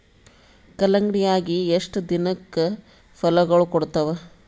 ಕಲ್ಲಂಗಡಿ ಅಗಿ ಎಷ್ಟ ದಿನಕ ಫಲಾಗೋಳ ಕೊಡತಾವ?